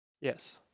Yes